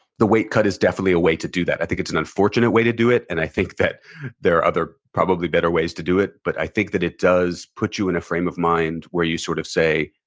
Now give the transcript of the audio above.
the weight cut is definitely a way to do that. i think it's an unfortunate way to do it. and i think that there are other probably better ways to do it, but i think that it does put you in a frame of mind where you sort of say,